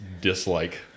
dislike